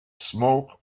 smoke